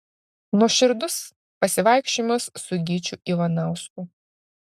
nuoširdus pasivaikščiojimas su gyčiu ivanausku